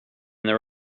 there